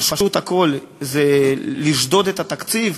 פשוט, הכול זה לשדוד את התקציב.